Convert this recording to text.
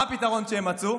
מה הפתרון שהם מצאו?